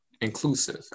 inclusive